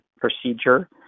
procedure